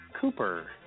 Cooper